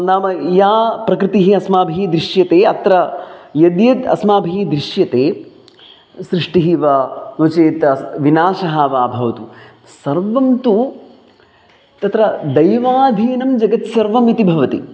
नाम या प्रकृतिः अस्माभिः दृश्यते अत्र यद्यद् अस्माभिः दृश्यते सृष्टिः वा नो चेत् अस् विनाशः वा भवतु सर्वं तु तत्र दैवाधीनं जगत्सर्वम् इति भवति